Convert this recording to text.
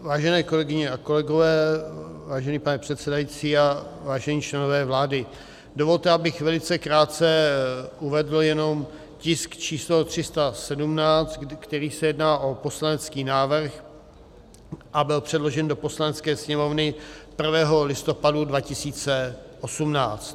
Vážené kolegyně a kolegové, vážený pane předsedající, vážení členové vlády, dovolte, abych velice krátce uvedl jenom tisk číslo 317, kde se jedná o poslanecký návrh, a byl předložen do Poslanecké sněmovny 1. listopadu 2018.